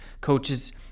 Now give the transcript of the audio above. coaches